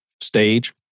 stage